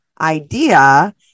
idea